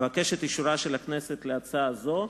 אבקש את אישורה של הכנסת להצעה זו.